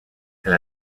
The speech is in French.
elle